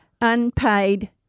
unpaid